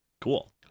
Cool